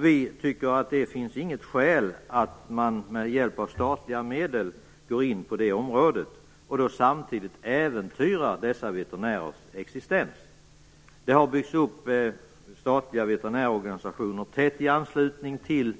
Vi tycker inte att det finns något skäl för att man med hjälp av statliga medel skall gå in på det området och samtidigt äventyra dessa veterinärers existens. Det har byggts upp statliga veterinärorganisationer tätt i anslutning till